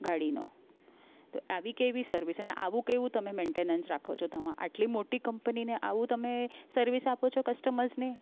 ગાડીનો તો આવી કેવી સર્વિસ અને આવું કેવું તમે મેન્ટેનન્સ રાખો છો તમે આટલી મોટી કંપની ને આવું તમે સર્વિસ આપો છો કસ્ટમર્સને